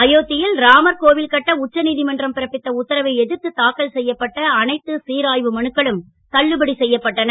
அயோத்தியில் ராமர் கோவில் கட்ட உச்ச நீதிமன்றம் பிறப்பித்த உத்தரவை எதிர்த்து தாக்கல் செய்யப்பட்ட அனைத்து சீராய்வு மனுக்களும் தள்ளுபடி செய்யப்பட்டன